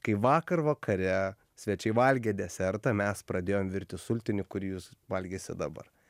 kai vakar vakare svečiai valgė desertą mes pradėjom virti sultinį kurį jūs valgysit dabar